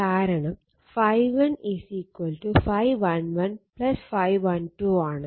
കാരണം ∅1 ∅11 ∅12 ആണ്